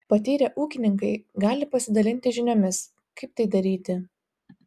patyrę ūkininkai gali pasidalinti žiniomis kaip tai daryti